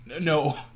No